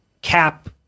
Cap